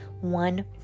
one